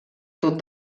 tot